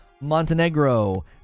Montenegro